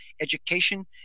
education